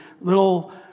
little